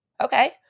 Okay